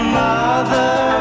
mother